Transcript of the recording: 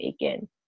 again